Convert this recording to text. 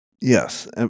Yes